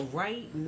right